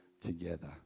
together